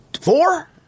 four